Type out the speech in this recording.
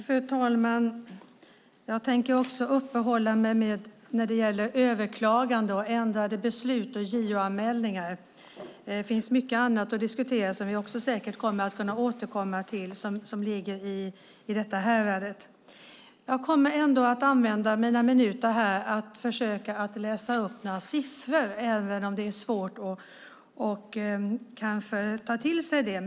Fru talman! Jag tänker också uppehålla mig vid överklaganden, ändrade beslut och JO-anmälningar. Det finns mycket annat att diskutera på området som vi säkert kan återkomma till. Jag ska läsa upp några siffror, även om de kanske är svåra att ta till sig.